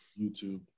YouTube